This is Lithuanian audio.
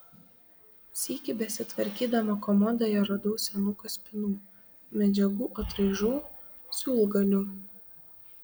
sykį besitvarkydama komodoje radau senų kaspinų medžiagų atraižų siūlgalių